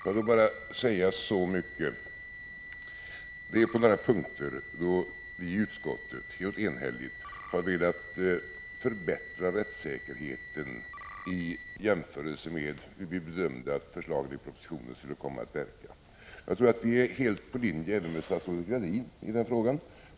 Låt mig bara säga att det finns några punkter där utskottet enhälligt har velat förbättra rättssäkerheten i jämförelse med hur vi bedömde att förslagen i propositionen skulle komma att verka. Våra åsikter ligger helt i linje med statsrådet Gradins i den frågan.